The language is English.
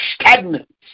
stagnant